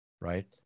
right